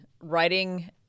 writing